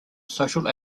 social